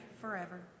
forever